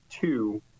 two